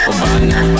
Obana